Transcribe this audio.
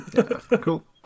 cool